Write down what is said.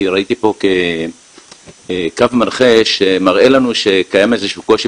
כי ראיתי פה קו מנחה שמראה שלנו שקיים איזה שהוא קושי